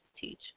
teach